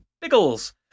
Biggles